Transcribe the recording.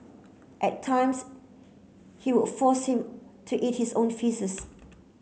at times he would force him to eat his own faeces